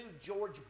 George